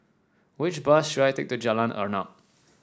which bus should I take to Jalan Arnap